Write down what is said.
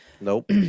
Nope